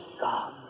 God